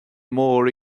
mór